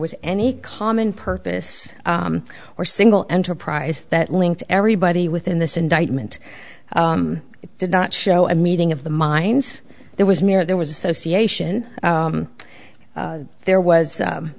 was any common purpose or single enterprise that linked everybody within this indictment did not show a meeting of the minds there was near there was association there was